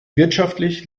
wirtschaftlich